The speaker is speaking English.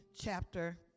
chapter